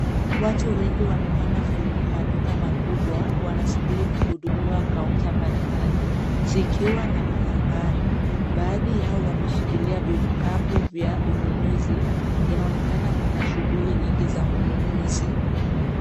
Watu wengi wamepanga foleni maduka makubwa, wanasubiri kuhudumiwa kaunta mbalimbali, zikiwa na manambari. Baadhi yao wameshikilia vikapu vya ununuzi, inaonekana kuna shughuli nyingi za ununuzi.